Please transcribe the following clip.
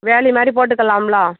வேலி மாதிரி போட்டுக்கலாம்ல